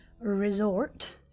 resort